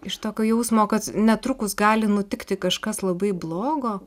iš tokio jausmo kad netrukus gali nutikti kažkas labai blogo